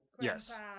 yes